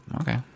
Okay